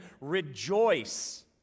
rejoice